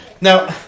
Now